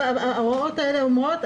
ההוראות האלה אומרות,